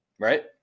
right